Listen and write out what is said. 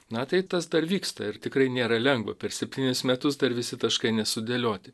na tai tas dar vyksta ir tikrai nėra lengva per septynis metus dar visi taškai nesudėlioti